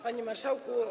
Panie Marszałku!